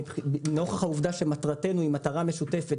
נוכח העובדה שמטרתנו היא מטרה משותפת